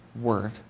word